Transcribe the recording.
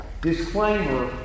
Disclaimer